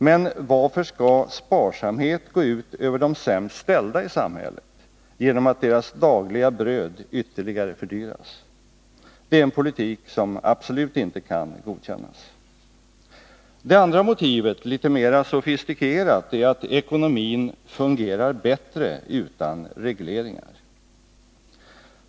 Men varför skall sparsamhet gå ut över de sämst ställda i samhället genom att deras dagliga bröd ytterligare fördyras? Det är en politik som absolut inte kan godkännas. Det andra motivet, litet mera sofistikerat, är att ekonomin fungerar bättre utan regleringar.